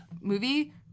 movie